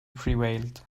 prevailed